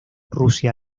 rusia